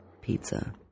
Pizza